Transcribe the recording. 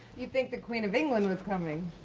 you'd think the queen of england was coming.